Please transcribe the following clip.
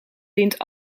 wint